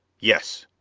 yes.